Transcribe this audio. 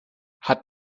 hat